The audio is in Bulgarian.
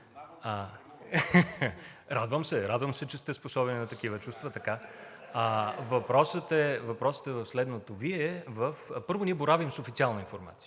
Радвам се. Радвам се, че сте способен и на такива чувства. Въпросът е в следното: първо, ние боравим с официална информация.